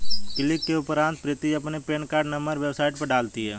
click के उपरांत प्रीति अपना पेन कार्ड नंबर वेबसाइट पर डालती है